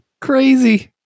crazy